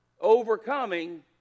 Overcoming